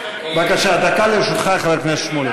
בבקשה, דקה לרשותך, חבר הכנסת שמולי.